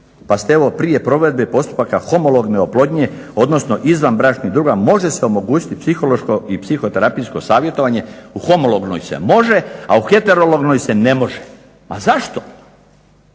Pa ste evo prije provedbe postupaka homologne oplodnje, odnosno izvanbračnih drugova može se omogućiti psihološko i psihoterapijsko savjetovanje. U homolognoj se može, a u heterolognoj se ne može. A zašto?